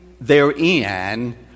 therein